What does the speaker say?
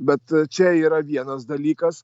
bet čia yra vienas dalykas